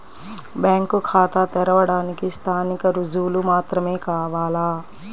Bank ఖాతా తెరవడానికి స్థానిక రుజువులు మాత్రమే కావాలా?